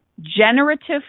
generative